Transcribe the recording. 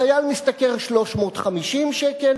חייל משתכר 350 שקל.